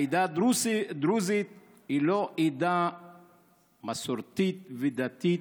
העדה הדרוזית היא לא עדה מסורתית ודתית.